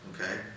okay